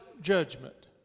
judgment